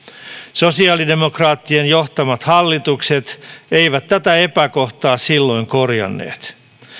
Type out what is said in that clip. sosiaalidemokraattien johtamat hallitukset eivät tätä epäkohtaa silloin korjanneet